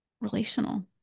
relational